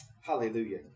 Hallelujah